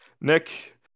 nick